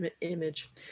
image